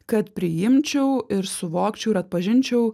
kad priimčiau ir suvokčiau ir atpažinčiau